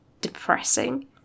depressing